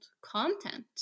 content